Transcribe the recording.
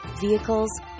vehicles